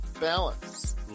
Balance